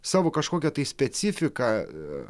savo kažkokią tai specifiką